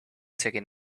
checking